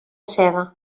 seda